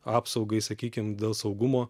apsaugai sakykim dėl saugumo